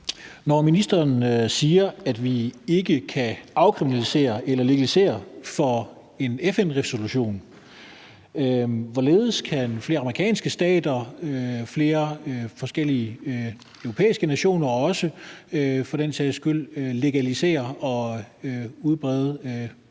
Når ministeren siger, at vi ikke kan afkriminalisere eller legalisere på grund af en FN-resolution, hvorledes kan flere amerikanske stater og for den sags skyld også flere forskellige europæiske nationer så legalisere og udbrede